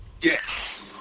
Yes